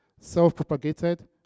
self-propagated